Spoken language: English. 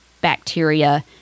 bacteria